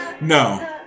No